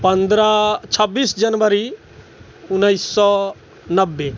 पंद्रह छब्बीस जनवरी उन्नैस सए नब्बे